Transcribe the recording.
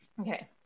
okay